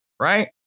Right